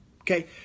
Okay